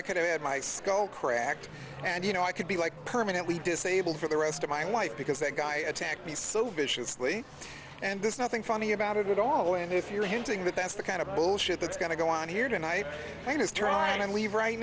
i could have had my skull cracked and you know i could be like permanently disabled for the rest of my life because that guy attacked me so viciously and there's nothing funny about it at all and if you're hinting that that's the kind of bullshit that's going to go on here tonight and is trying to leave right